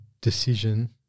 decision